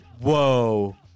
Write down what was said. whoa